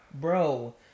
Bro